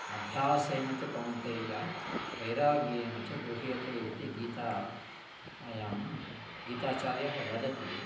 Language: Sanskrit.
अभ्यासेन तु कौन्तेय वैराग्येण च गृह्यते इति गीतायां गीताचार्यः वदति